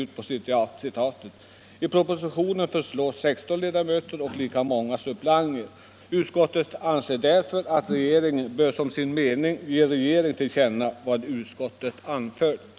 I propositionen föreslås 16 ledamöter och lika många suppleanter. Utskottet hemställer att riksdagen som sin mening ger regeringen till känna vad utskottet anfört.